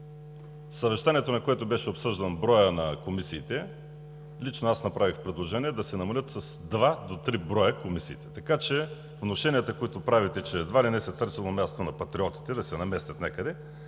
съвещанието, на което беше обсъждан броят на комисиите, лично аз направих предложение комисиите да се намалят с два до три броя. Така че внушенията, които правите, че едва ли не се търсело място на Патриотите, за да се наместят някъде,